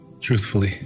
truthfully